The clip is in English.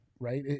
right